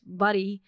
buddy